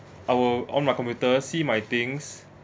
I will on my computer see my things